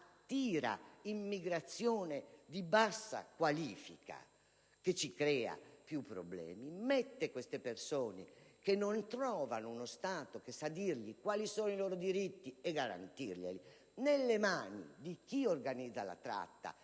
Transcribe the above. attira immigrazione di bassa qualifica, che ci crea più problemi e mette queste persone, che non trovano uno Stato che sappia dir loro quali sono i loro diritti e garantirli, nelle mani di chi organizza la tratta